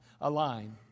align